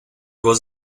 was